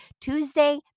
Tuesday